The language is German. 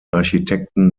architekten